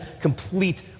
complete